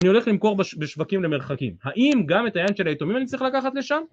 אני הולך למכור בש..בשווקים למרחקים. האם גם את היין של היתומים אני צריך לקחת לשם?